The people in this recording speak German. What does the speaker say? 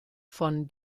von